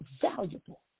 valuable